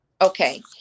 Okay